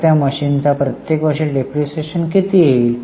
तर त्या मशीनचा प्रत्येक वर्षी डिप्रीशीएशन किती येईल